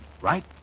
right